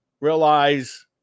realize